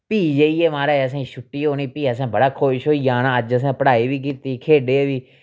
फ्ही जाइयै महाराज असें गी छुट्टी होनी फ्ही असें बड़ा खुश होइयै आना अज्ज असें पढ़ाई बी कीती खेढे बी